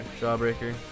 Jawbreaker